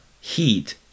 heat